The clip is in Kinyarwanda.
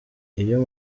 iyo